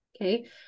Okay